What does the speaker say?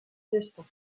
gestor